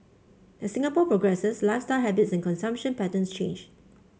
as Singapore progresses lifestyle habits and consumption pattern change